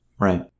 Right